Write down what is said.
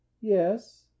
yes